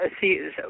See